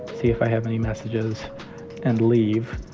see if i have any messages and leave.